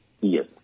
Yes